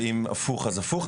ואם הפוך אז הפוך.